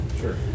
Sure